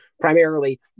primarily